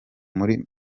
muri